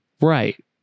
Right